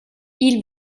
ils